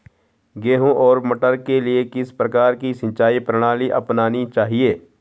गेहूँ और मटर के लिए किस प्रकार की सिंचाई प्रणाली अपनानी चाहिये?